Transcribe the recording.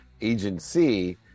agency